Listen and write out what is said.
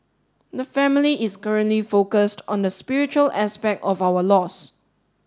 the family is currently focused on the spiritual aspect of our loss